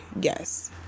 yes